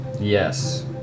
Yes